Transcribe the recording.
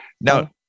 Now